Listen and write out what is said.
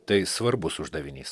tai svarbus uždavinys